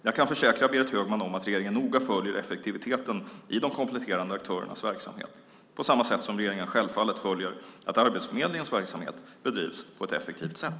Jag kan försäkra Berit Högman om att regeringen noga följer effektiviteten i de kompletterande aktörernas verksamhet, på samma sätt som regeringen självfallet följer att Arbetsförmedlingens verksamhet bedrivs på ett effektivt sätt.